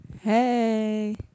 Hey